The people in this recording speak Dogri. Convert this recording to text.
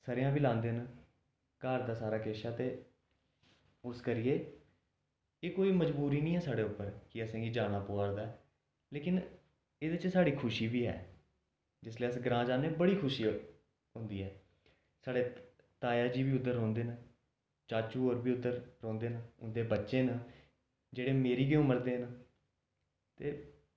स'रेआं बी लांदे न घर दा सारा किश ऐ ते उस करियै एह् कोई मजबूरी नेईं ऐ साढ़े उप्पर कि असें गी जाना पौंदा ऐ लेकिन एह्दे च साढ़ी खुशी बी ऐ जिसले अस ग्रांऽ जन्नें बड़ी खुशी होंदी ऐ साढ़े ताया जी बी उद्धर रौंह्दे न चाचू होर बी उद्धर रौंह्दे न उं'दे बच्चे न जेह्ड़े मेरी बी उमर दे न ते